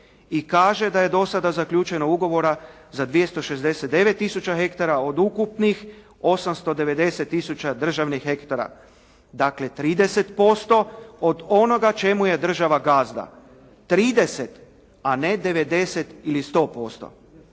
i kaže da je do sada zaključeno ugovora za 269 tisuća hektara od ukupnih 890 tisuća državnih hektara. Dakle, 30% od onoga čemu je država gazda, 30 a ne 90 ili 100%.